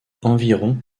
environ